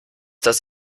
das